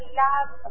love